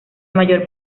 mayor